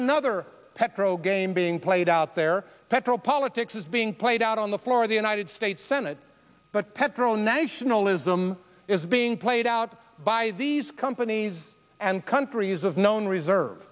another petro game being played out there petro politics is being played out on the floor of the united states senate but petro nationalism is being played out by these companies and countries of known reserve